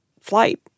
Flight